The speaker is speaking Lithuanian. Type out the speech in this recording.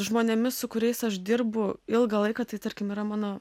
žmonėmis su kuriais aš dirbu ilgą laiką tai tarkim yra mano